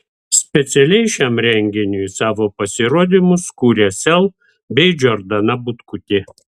specialiai šiam renginiui savo pasirodymus kūrė sel bei džordana butkutė